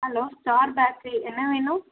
hello star bakery என்ன வேணும்